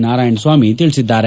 ನಾರಾಯಣಸ್ವಾಮಿ ತಿಳಿಸಿದ್ದಾರೆ